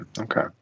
okay